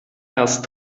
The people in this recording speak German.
erst